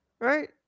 right